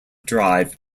drive